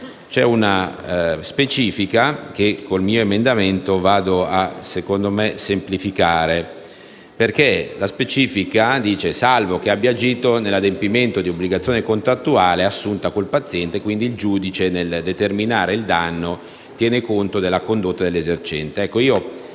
è una specifica che con il mio emendamento - a mio parere - vado a semplificare. Infatti, la specifica dice: «salvo che abbia agito nell'adempimento di obbligazione contrattuale assunta con il paziente», e quindi il giudice, nel determinare il danno, tiene conto della condotta dell'esercente. Credo